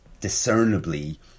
discernibly